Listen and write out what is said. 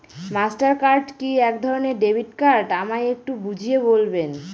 Master card কি একধরণের debit card আমায় একটু বুঝিয়ে বলবেন?